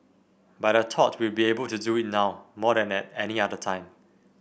but I thought we'd be able to do it now more than at any other time